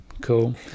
Cool